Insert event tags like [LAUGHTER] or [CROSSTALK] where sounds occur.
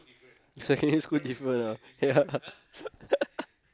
secondary school different ah yeah [LAUGHS]